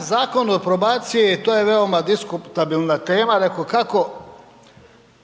Zakon o probaciji, to je veoma diskutabilna tema, reko kako